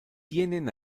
tienen